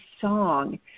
song